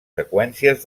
seqüències